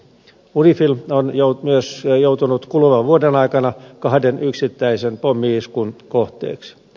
unifil on myös joutunut kuluvan vuoden aikana kahden yksittäisen pommi iskun kohteeksi